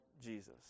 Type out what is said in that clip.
Jesus